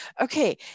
okay